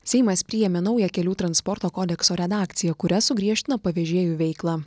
seimas priėmė naują kelių transporto kodekso redakciją kuria sugriežtino pavežėjų veiklą